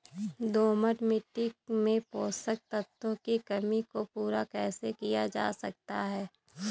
दोमट मिट्टी में पोषक तत्वों की कमी को पूरा कैसे किया जा सकता है?